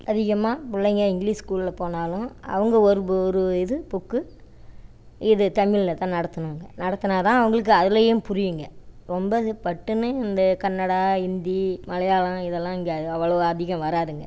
அதிகமாக பிள்ளைங்க இங்க்லீஷ் ஸ்கூலில் போனாலும் அவங்க ஒரு ஒரு இது புக்கு இது தமிழில் தான் நடத்துணுங்க நடத்தினா தான் அவங்களுக்கு அதுலேயும் புரியுங்க ரொம்ப பட்டுன்னு இந்த கன்னடா இந்தி மலையாளம் இதெல்லாம் இங்கே அவ்வளோவா அதிகம் வராதுங்க